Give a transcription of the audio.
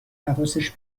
حواسش